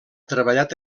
treballat